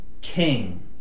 king